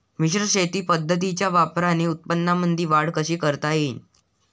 मिश्र शेती पद्धतीच्या वापराने उत्पन्नामंदी वाढ कशी करता येईन?